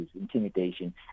intimidation